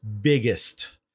biggest